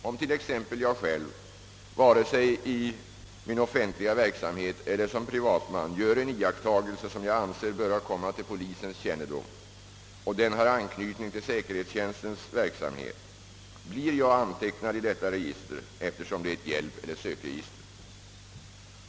Om t.ex. jag själv, vare sig i min offentliga verksamhet eller som privatman, gör en iakttagelse, som jag anser bör komma till polisens kännedom, och den har anknytning till säkerhetstjänstens verksamhet, blir jag antecknad i detta register, eftersom det är ett hjälpeller sökregister.